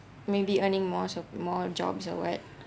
maybe earning more of more jobs or what